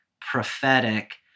prophetic